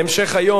זה בהמשך היום,